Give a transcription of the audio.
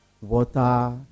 water